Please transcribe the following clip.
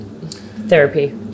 therapy